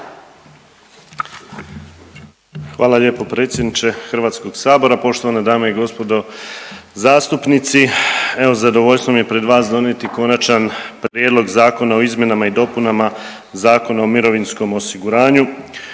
Hvala lijepo predsjedniče HS, poštovane dame i gospodo zastupnici. Evo zadovoljstvo mi je pred vas donijeti Konačan prijedlog zakona o izmjenama i dopunama Zakona o mirovinskom osiguranju